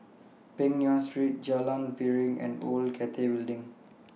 Peng Nguan Street Jalan Piring and Old Cathay Building